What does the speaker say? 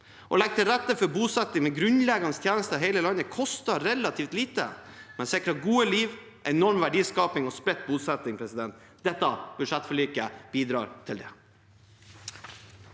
Å legge til rette for bosetting med grunnleggende tjenester i hele landet koster relativt lite, men sikrer et godt liv, enorm verdiskaping og spredt bosetting. Dette budsjettforliket bidrar til det.